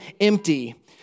empty